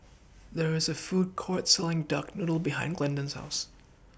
There IS A Food Court Selling Duck Noodle behind Glendon's House